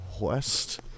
West